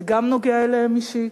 זה גם נוגע אליהם אישית